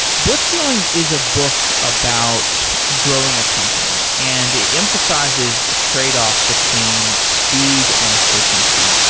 blitzscaling is a book about growing a company, and it emphasizes the tradeoff between speed and efficiency.